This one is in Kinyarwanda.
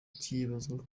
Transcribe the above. vyibazwa